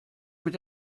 mit